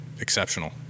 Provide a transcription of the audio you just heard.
exceptional